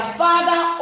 father